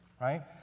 Right